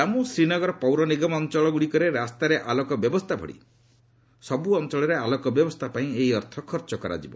ଜମ୍ମୁ ଶ୍ରୀନଗର ପୌର ନିଗମ ଅଞ୍ଚଳଗୁଡ଼ିକରେ ରାସ୍ତାରେ ଆଲୋକ ବ୍ୟବସ୍ଥା ଭଳି ସବୁ ଅଞ୍ଚଳରେ ଆଲୋକ ବ୍ୟବସ୍ଥା ପାଇଁ ଏହି ଅର୍ଥ ଖର୍ଚ୍ଚ କରାଯିବ